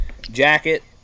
jacket